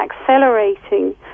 accelerating